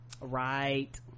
right